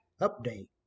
update